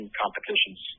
competitions